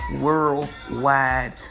worldwide